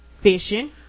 Fishing